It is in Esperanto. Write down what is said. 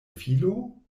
filo